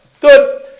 Good